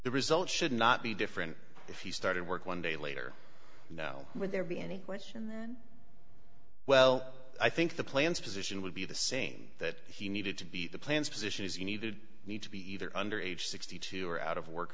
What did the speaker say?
the results should not be different if he started work one day later now would there be any question then well i think the plans position would be the same that he needed to be the plans position is you need to need to be either under age sixty two or out of work